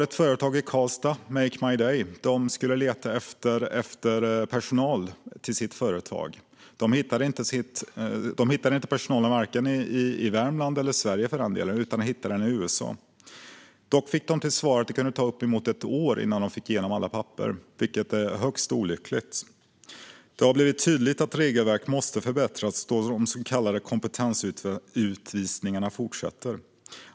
Ett företag i Karlstad, Make My Day, skulle leta efter personal. De hittade inte personal vare sig i Värmland eller någon annanstans i Sverige, utan de hittade den i USA. Då fick de till svar att det kunde ta uppemot ett år innan de fick igenom alla papper, vilket är högst olyckligt. Det har blivit tydligt att regelverket måste förbättras då de så kallade kompetensutvisningarna fortsätter.